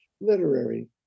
literary